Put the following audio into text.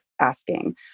asking